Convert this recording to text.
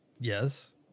Yes